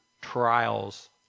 trials